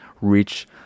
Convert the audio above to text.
reach